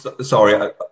Sorry